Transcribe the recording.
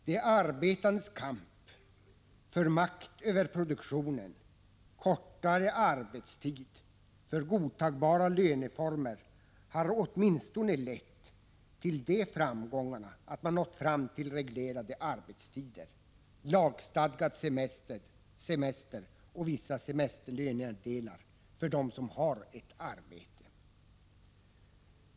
De arbetandes kamp för makt över produktionen, för kortare arbetstid och för godtagbara löneformer har åtminstone lett till de framgångarna att man nått fram till reglerade arbetstider, lagstadgad semester och vissa semesterlönedelar för dem som har ett arbete.